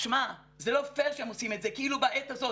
שמע, זה לא פייר שהם עושים את זה כאילו בעת הזאת.